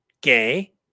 gay